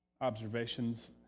observations